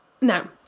Now